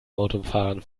autofahrern